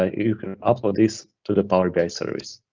ah you can upload this to the power bi service.